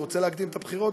הוא רוצה להקדים את הבחירות,